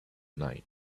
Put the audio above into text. night